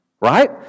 Right